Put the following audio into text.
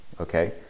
okay